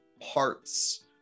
parts